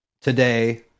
today